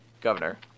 governor